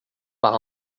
par